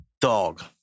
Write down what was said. Dog